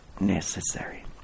necessary